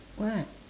what